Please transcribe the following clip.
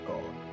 God